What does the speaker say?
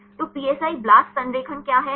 तो PSI BLAST संरेखण क्या है